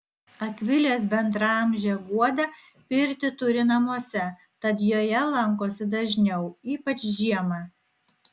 akvilės bendraamžė guoda pirtį turi namuose tad joje lankosi dažniau ypač žiemą